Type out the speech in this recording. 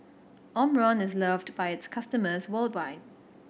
Omron is loved by its customers worldwide